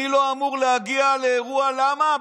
אני לא אמור להגיע לאירוע, למה?